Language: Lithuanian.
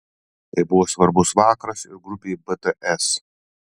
tai buvo svarbus vakaras ir grupei bts